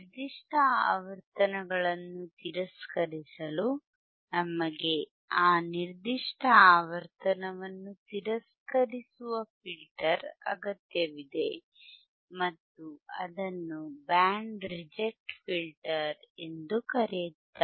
ನಿರ್ದಿಷ್ಟ ಆವರ್ತನವನ್ನು ತಿರಸ್ಕರಿಸಲು ನಮಗೆ ಆ ನಿರ್ದಿಷ್ಟ ಆವರ್ತನವನ್ನು ತಿರಸ್ಕರಿಸುವ ಫಿಲ್ಟರ್ ಅಗತ್ಯವಿದೆ ಮತ್ತು ಅದನ್ನು ಬ್ಯಾಂಡ್ ರಿಜೆಕ್ಟ್ ಫಿಲ್ಟರ್ ಎಂದು ಕರೆಯಲಾಗುತ್ತದೆ